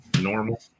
normal